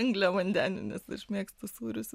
angliavandenių nes mėgstu sūrius